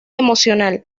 emocional